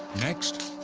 next,